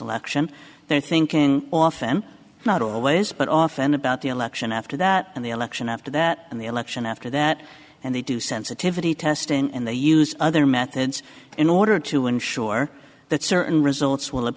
election they're thinking often not always but often about the election after that and the election after that and the election after that and they do sensitivity testing and they use other methods in order to ensure that certain results will